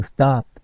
Stop"，